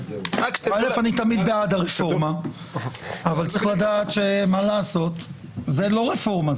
אני תמיד בעד הרפורמה אבל צריך לדעת שזאת לא רפורמה.